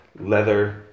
leather